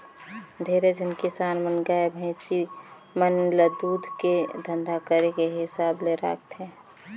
ढेरे झन किसान मन गाय, भइसी मन ल दूद के धंधा करे के हिसाब ले राखथे